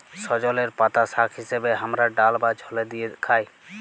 সজলের পাতা শাক হিসেবে হামরা ডাল বা ঝলে দিয়ে খাই